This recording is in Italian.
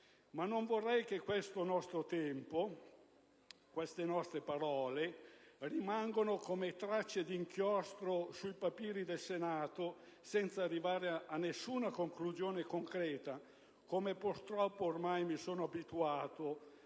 ma non vorrei che questo nostro tempo e queste nostre parole rimangano tracce d'inchiostro sui papiri del Senato senza arrivare a nessuna conclusione concreta, come purtroppo ormai mi sono abituato